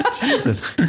Jesus